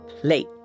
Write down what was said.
plate